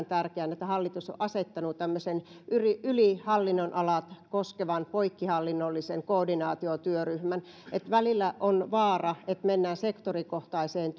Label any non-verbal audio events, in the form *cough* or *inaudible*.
*unintelligible* tärkeänä että hallitus on asettanut tämmöisen eri hallinnonaloja koskevan poikkihallinnollisen koordinaatiotyöryhmän koska välillä on vaara että mennään sektorikohtaiseen *unintelligible*